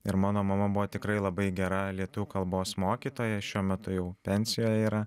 ir mano mama buvo tikrai labai gera lietuvių kalbos mokytoja šiuo metu jau pensijoj yra